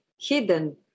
hidden